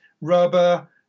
rubber